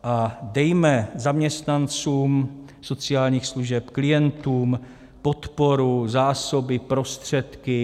A dejme zaměstnancům sociálních služeb, klientům podporu, zásoby, prostředky.